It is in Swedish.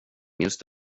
minns